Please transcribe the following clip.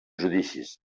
judicis